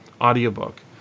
audiobook